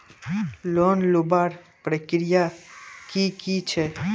Loan लुबार प्रक्रिया की की छे?